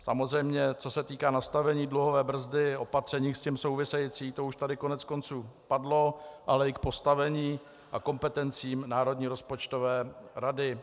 Samozřejmě co se týká nastavení dluhové brzdy a opatření s tím souvisejících, to už tady koneckonců padlo, ale i k postavení a kompetencím Národní rozpočtové rady.